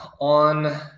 on